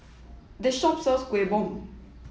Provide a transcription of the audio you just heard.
this shop sells Kuih Bom